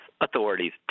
Authorities